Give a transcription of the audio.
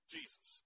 Jesus